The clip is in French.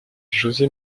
jose